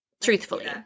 truthfully